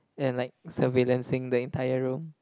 and like surveillancing the entire room